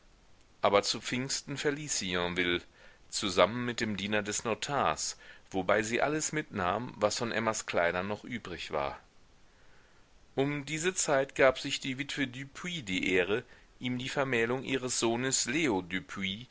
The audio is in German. aber zu pfingsten verließ sie yonville zusammen mit dem diener des notars wobei sie alles mitnahm was von emmas kleidern noch übrig war um diese zeit gab sich die witwe düpuis die ehre ihm die vermählung ihres sohnes leo düpuis